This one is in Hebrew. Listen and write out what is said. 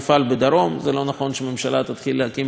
זה לא נכון שהממשלה תתחיל להקים פה מפעלים.